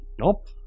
nope